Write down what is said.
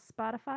Spotify